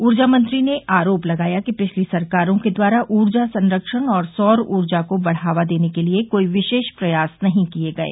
ऊर्जा मंत्री ने आरोप लगाया कि पिछली सरकारों के द्वारा ऊर्जा संरक्षण और सौर ऊर्जा को बढ़ावा देने के लिये कोई विशेष प्रयास नहीं किये गये